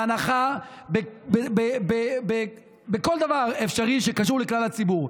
להנחה בכל דבר אפשרי שקשור לכלל הציבור.